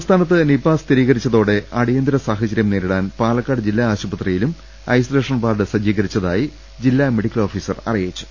സംസ്ഥാനത്തു നിപ്പ സ്ഥിരീകരിച്ചതോടെ അടിയന്തിര സാഹചര്യം നേരിടാൻ പാലക്കാട് ജില്ലാ ആശുപത്രിയിലും ഐസലോഷൻ വാർഡ് സജ്ജീകരിച്ചതായി ജില്ലാ മെസിക്കൽ ഓഫീസർ അറിയിച്ചു